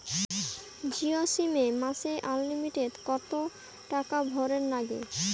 Jio sim এ মাসে unlimited কত টাকা ভরের নাগে?